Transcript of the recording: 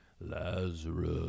Lazarus